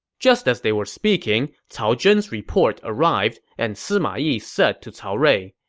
just as they were speaking, cao zhen's report arrived, and sima yi said to cao rui,